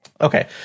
Okay